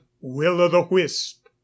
will-o'-the-wisp